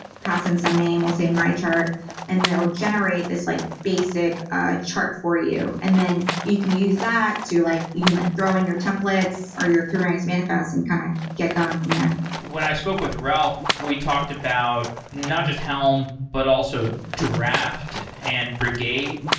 pass in some name, we'll say my chart and they'll generate this like basic ah chart for you and then you can use that to like even like draw in your templates or your kubernetes manifest and kind of get going from there when i spoke with ralph, we talked about not just helm but also draft and brigade,